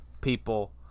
people